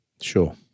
Sure